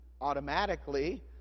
automatically